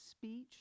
Speech